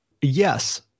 Yes